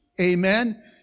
Amen